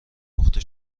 پخته